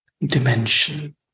dimension